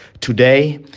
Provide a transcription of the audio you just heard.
Today